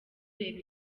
reba